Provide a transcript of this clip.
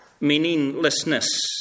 meaninglessness